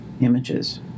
images